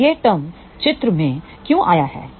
अब यह टर्म चित्र में क्यों आया है